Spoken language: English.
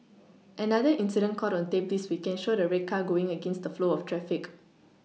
another incident caught on tape this weekend showed a red car going against the flow of traffic